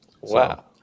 Wow